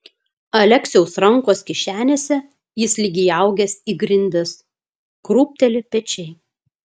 aleksiaus rankos kišenėse jis lyg įaugęs į grindis krūpteli pečiai